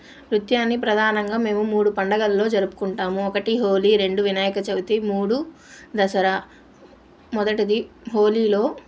నృత్యాన్ని ప్రధానంగా మేము మూడు పండగల్లో జరుపుకుంటాము ఒకటి హోలీ రెండు వినాయక చవితి మూడు దసరా మొదటిది హోలీలో